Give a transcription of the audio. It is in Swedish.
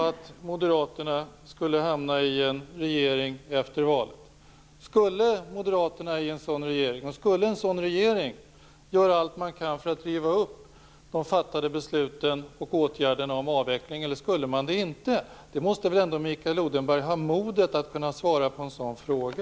Om Moderaterna skulle hamna i en regering efter valet, skulle en sådan regering göra allt man kunde föra att riva upp de fattade besluten och åtgärderna om avveckling eller skulle man det inte? Mikael Odenberg måste väl ändå ha modet att svara på en sådan fråga.